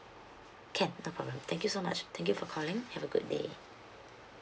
can no problem thank you so much thank you for calling have a good day